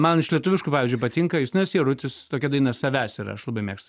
man iš lietuviškų pavyzdžiui patinka justinas jarutis tokia daina savęs yra aš labai mėgstu